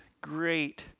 great